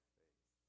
faith